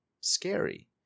scary